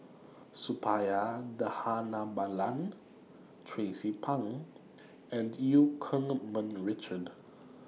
Suppiah Dhanabalan Tracie Pang and EU Keng Mun Richard